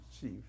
chief